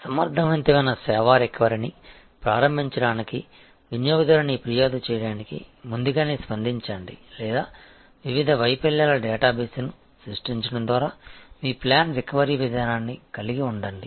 సమర్థవంతమైన సేవా రికవరీని ప్రారంభించడానికి వినియోగదారుని ఫిర్యాదు చేయడానికి ముందుగానే స్పందించండి లేదా వివిధ వైఫల్యాల డేటా బేస్ను సృష్టించడం ద్వారా మీ ప్లాన్ రికవరీ విధానాన్ని కలిగి ఉండండి